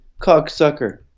cocksucker